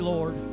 Lord